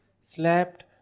slept